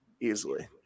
Easily